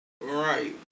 Right